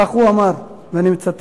כך הוא אמר, ואני מצטט.